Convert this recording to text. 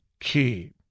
key